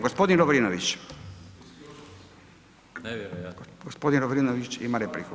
Gospodin Lovrinović. ... [[Upadica se ne čuje.]] Gospodin Lovrinović ima repliku.